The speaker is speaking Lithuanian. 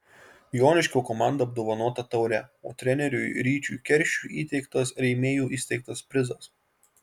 joniškio komanda apdovanota taure o treneriui ryčiui keršiui įteiktas rėmėjų įsteigtas prizas